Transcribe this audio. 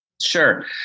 Sure